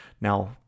Now